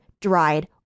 dried